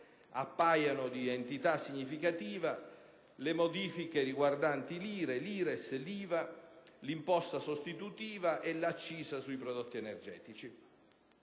appaiono di entità significativa le modifiche riguardanti l'IRE, l'IRES, l'IVA, l'imposta sostitutiva e l'accisa sui prodotti energetici;